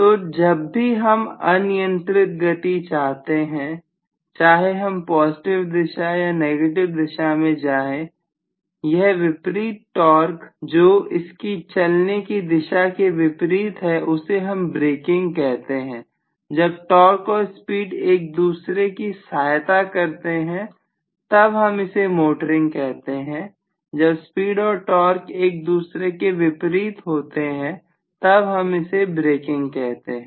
तो जब भी हम अनियंत्रित गति चाहते हैं चाहे हम पॉजिटिव दिशा या नेगेटिव दिशा में चाहे यह विपरीत टॉर्क जो इसकी चलने की दिशा से विपरीत है उसे हम ब्रेकिंग कहते हैं जब टॉर्क और स्पीड एक दूसरे की सहायता करते हैं तब हम इसे मोटरिंग कहते हैं जब स्पीड और टॉर्क एक दूसरे के विपरीत होते हैं तब हम इसे ब्रेकिंग कहते हैं